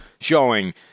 showing